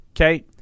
Okay